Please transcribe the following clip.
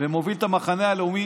ומוביל את המחנה הלאומי,